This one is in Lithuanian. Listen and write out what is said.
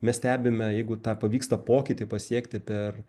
mes stebime jeigu tą pavyksta pokytį pasiekti per